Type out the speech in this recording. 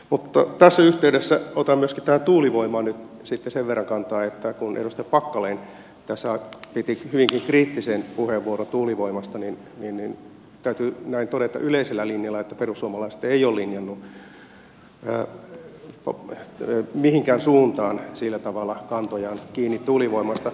mutta tässä yhteydessä otan myöskin tähän tuulivoimaan nyt sitten sen verran kantaa että kun edustaja packalen tässä piti hyvinkin kriittisen puheenvuoron tuulivoimasta niin täytyy todeta näin yleisellä linjalla että perussuomalaiset ei ole linjannut mihinkään suuntaan sillä tavalla kantojaan kiinni tuulivoimasta